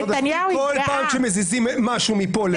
ב --- וככה חשב העם ב-1 בנובמבר השנה ונכבד אותו.